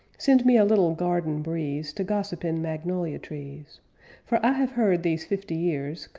send me a little garden breeze to gossip in magnolia trees for i have heard, these fifty years,